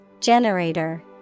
Generator